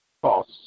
false